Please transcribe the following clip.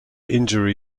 injury